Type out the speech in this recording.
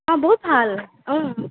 অঁ বহুত ভাল অঁ